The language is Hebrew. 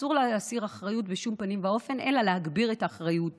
אסור לה להסיר אחריות בשום פנים ואופן אלא להגביר את אחריותה.